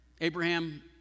Abraham